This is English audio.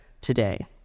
today